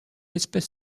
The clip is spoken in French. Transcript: espèce